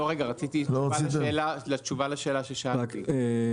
רציתי תשובה לשאלה ששאלתי.